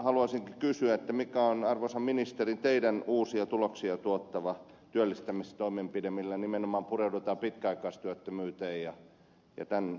haluaisin kysyä mikä on arvoisa ministeri teidän uusia tuloksia tuottava työllistämistoimenpide millä nimenomaan pureudutaan pitkäaikaistyöttömyyteen ja tämän tyyppiseen työvoimaongelmaan